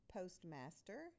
Postmaster